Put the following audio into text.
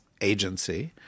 agency